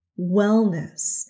wellness